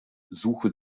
suche